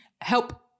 help